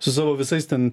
su savo visais ten